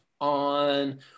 on